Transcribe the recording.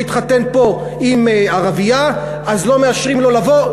התחתן פה עם ערבייה לא מאשרים לו לבוא,